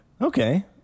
Okay